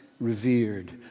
revered